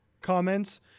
comments